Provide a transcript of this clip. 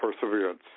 perseverance